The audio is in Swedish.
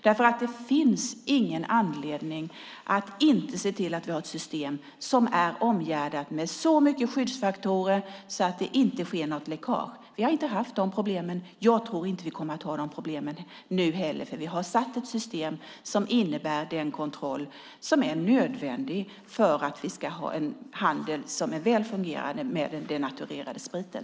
Det finns nämligen inte någon anledning att inte se till att vi har ett system som är omgärdat med så mycket skyddsfaktorer att det inte sker något läckage. Vi har inte haft dessa problem, och jag tror inte att vi kommer att ha dessa problem nu heller eftersom vi har gjort ett system som innebär den kontroll som är nödvändig för att vi ska ha en handel som är väl fungerande med den denaturerade spriten.